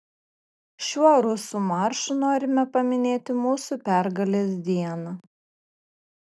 šiuo rusų maršu norime paminėti mūsų pergalės dieną